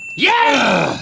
yeah!